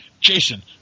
Jason